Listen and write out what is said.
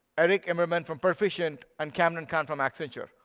eric immermann from perficient, and kamran khan from accenture.